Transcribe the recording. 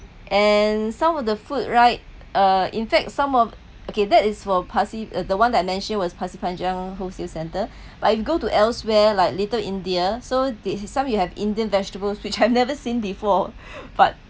and some of the food right uh in fact some of okay that is for Pasir the one that I mentioned was Pasir Panjang wholesale centre but it go to elsewhere like little india so they some you have indian vegetables which I've never seen before but